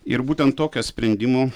ir būtent tokio sprendimo